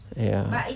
ya